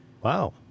Wow